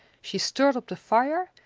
she stirred up the fire,